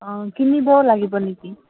অঁ কিনিব লাগিব নেকি